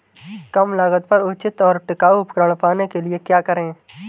कम लागत पर उचित और टिकाऊ उपकरण पाने के लिए क्या करें?